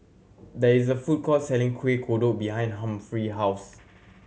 there is a food court selling Kuih Kodok behind Humphrey house